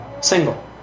single